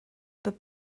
peut